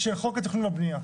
של חוק התכנון והבנייה.